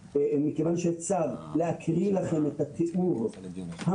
מכיוון שיש צו אני לא יכול לקרוא לכם את התיאור המזוויע,